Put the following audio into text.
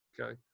okay